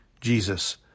Jesus